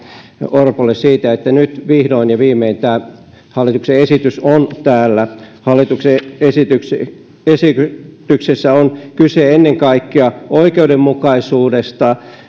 orpolle siitä että nyt vihdoin ja viimein tämä hallituksen esitys on täällä hallituksen esityksessä on kyse ennen kaikkea oikeudenmukaisuudesta